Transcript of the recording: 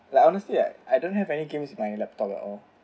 like honestly I I don't have any games in my laptop at all